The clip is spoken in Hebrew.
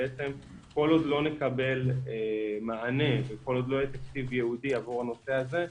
כל עוד לא נקבל מענה וכל עוד לא יהיה תקציב ייעודי עבור הנושא הזה,